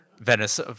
Venice